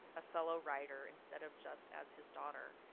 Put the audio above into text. a fellow writer instead of just as his daughter,